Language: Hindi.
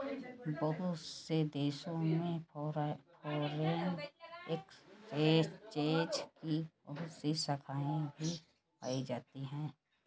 बहुत से देशों में फ़ोरेन एक्सचेंज की बहुत सी शाखायें भी पाई जाती हैं